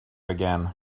again